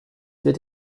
wird